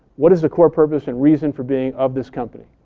what is the core purpose and reason for being of this company?